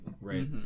right